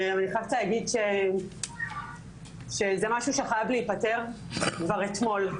אני חייבת להגיד שזה משהו שהיה חייב להיפתר כבר אתמול.